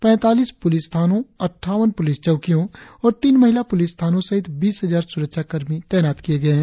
पैतालीस पुलिस थानों अट्ठावन पुलिस चौकियों और तीन महिला पुलिस थानों सहित बीस हजार सुरक्षा कर्मी तैनात किए गए हैं